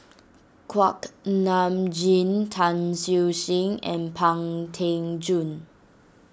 Kuak Nam Jin Tan Siew Sin and Pang Teck Joon